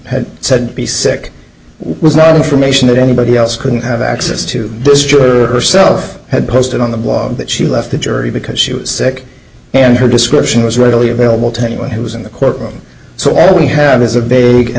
had said be sick was not information that anybody else couldn't have access to this church itself had posted on the blog that she left the jury because she was sick and her description was readily available to anyone who was in the courtroom so all we have is a basic an